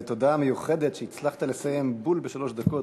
ותודה מיוחדת שהצלחת לסיים בול בשלוש דקות,